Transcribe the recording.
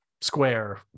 square